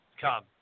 come